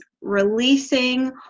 releasing